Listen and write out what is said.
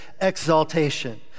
exaltation